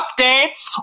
updates